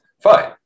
Fine